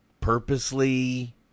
Purposely